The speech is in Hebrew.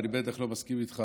ואני בטח לא מסכים איתך